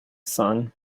son